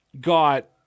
got